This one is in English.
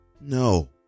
No